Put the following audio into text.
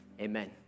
Amen